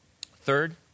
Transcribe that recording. Third